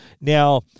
Now